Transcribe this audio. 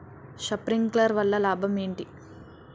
Sprinkler వల్ల లాభం ఏంటి?